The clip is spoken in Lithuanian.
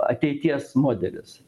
ateities modelis